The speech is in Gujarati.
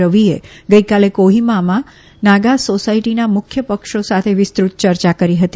રવીએ ગઇકાલે કોહિમામાં નાગા સોસાયટીના મુખ્ય પક્ષો સાથે વિસ્તૃત ચર્ચા કરી હતી